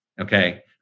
okay